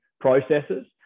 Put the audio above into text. processes